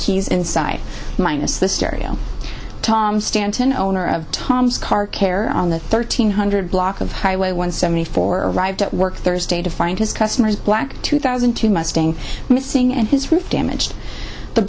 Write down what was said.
keys inside minus the stereo tom stanton owner of toms car care on the thirteen hundred block of highway one seventy four arrived at work thursday to find his customers black two thousand two mustang missing and his roof damaged the